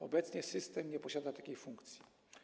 Obecnie system nie posiada takiej funkcji.